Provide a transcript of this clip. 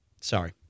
Sorry